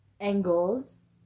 angles